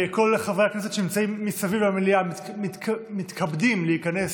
כל חברי הכנסת שנמצאים מסביב למליאה מתכבדים להיכנס,